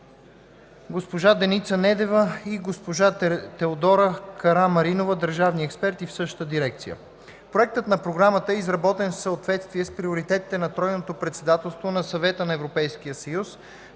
госпожа Денница Недева и госпожа Теодора Карамаринова – държавни експерти в същата дирекция. Проектът на програма е изработен в съответствие с приоритетите на Тройното председателство на Съвета на ЕС, приоритетите,